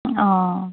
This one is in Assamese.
অঁ